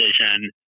decision